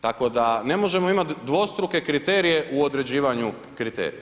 Tako da, ne možemo imati dvostruke kriterije u određivanju kriterija.